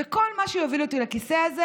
וכל מה שיוביל אותו לכיסא הזה